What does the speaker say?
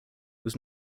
was